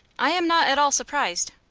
i am not at all surprised.